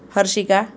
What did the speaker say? Harshika